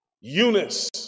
Eunice